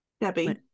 Debbie